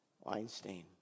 Weinstein